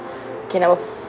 K number